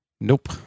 nope